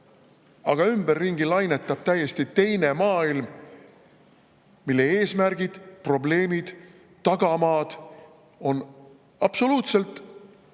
aga ümberringi lainetab täiesti teine maailm, mille eesmärgid, probleemid, tagamaad on absoluutselt